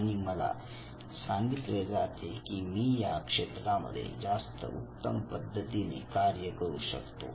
आणि मला सांगितले जाते कि मी या या क्षेत्रामध्ये जास्त उत्तम पद्धतीने कार्य करू शकतो